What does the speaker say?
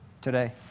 today